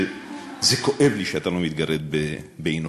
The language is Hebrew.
זה כואב לי שאתה לא מתגרד באי-נוחות,